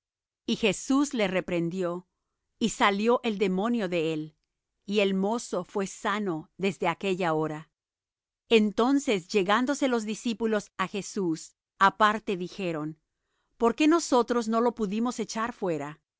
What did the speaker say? y jesús le reprendió y salió el demonio de él y el mozo fué sano desde aquella hora entonces llegándose los discípulos á jesús aparte dijeron por qué nosotros no lo pudimos echar fuera